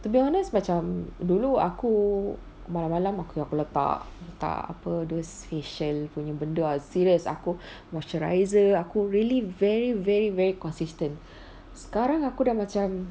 to be honest macam dulu aku malam-malam aku letak letak apa those facial punya benda ah serious aku moisturizer aku really very very very consistent sekarang aku dah macam